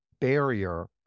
barrier